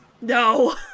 No